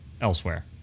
elsewhere